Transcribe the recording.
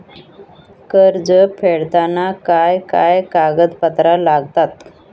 कर्ज फेडताना काय काय कागदपत्रा लागतात?